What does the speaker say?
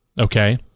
Okay